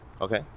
Okay